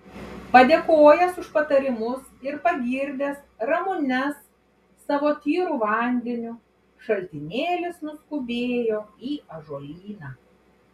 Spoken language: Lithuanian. padėkojęs už patarimus ir pagirdęs ramunes savo tyru vandeniu šaltinėlis nuskubėjo į ąžuolyną